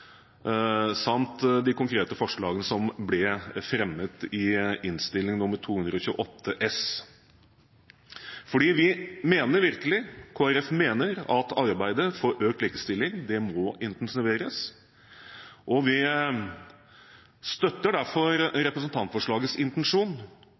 samt de konkrete forslagene som ble fremmet i Innst. 228 S for 2015–2016. Kristelig Folkeparti mener at arbeidet for økt likestilling må intensiveres. Vi støtter derfor